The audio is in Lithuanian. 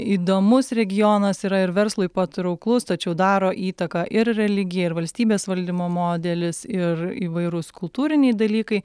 įdomus regionas yra ir verslui patrauklus tačiau daro įtaką ir religija ir valstybės valdymo modelis ir įvairūs kultūriniai dalykai